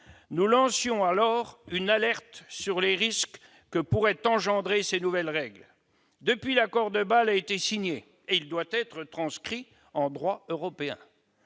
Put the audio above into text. Nous lancions alors une alerte sur les risques que pourraient engendrer ces nouvelles règles. Depuis, l'accord de Bâle a été signé et il doit être transcrit en droit européen.